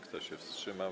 Kto się wstrzymał?